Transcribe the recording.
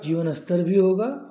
जीवन अस्तर भी होगा